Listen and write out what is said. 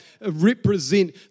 represent